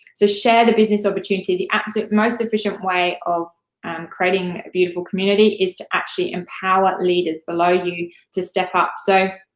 share the business opportunity. the absolute most efficient way of um creating a beautiful community is to actually empower leaders below you to step up, so